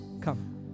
come